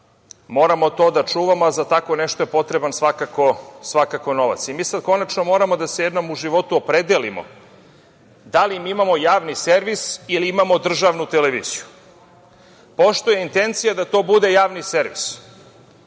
Moramo to da čuvamo, a za tako nešto je potreban svakako novac. Mi sad konačno moramo da se jednom u životu opredelimo da li imamo Javni servis ili imamo državnu televiziju. Pošto je intencija da to bude Javni servis,